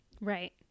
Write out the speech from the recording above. Right